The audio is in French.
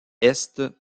est